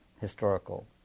historical